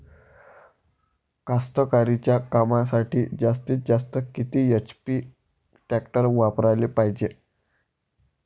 कास्तकारीच्या कामासाठी जास्तीत जास्त किती एच.पी टॅक्टर वापराले पायजे?